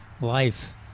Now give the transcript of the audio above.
life